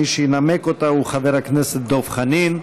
מי שינמק אותה הוא חבר הכנסת דב חנין.